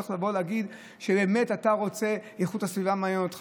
צריך לבוא ולהגיד שבאמת איכות הסביבה מעניינת אותך?